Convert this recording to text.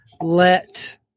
let